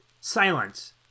Silence